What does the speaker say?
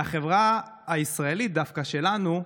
ודווקא החברה הישראלית שלנו,